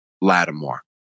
Lattimore